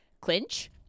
clinch